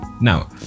Now